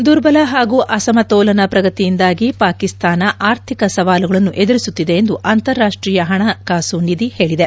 ದುರ್ಬಲ ಹಾಗೂ ಅಸಮತೋಲನ ಪ್ರಗತಿಯಿಂದಾಗಿ ಪಾಕಿಸ್ತಾನ ಅರ್ಥಿಕ ಸವಾಲುಗಳನ್ನು ಎದುರಿಸುತ್ತಿದೆ ಎಂದು ಅಂತಾರಾಷ್ಟೀಯ ಹಣಕಾಸು ನಿಧಿ ಹೇಳಿದೆ